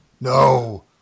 No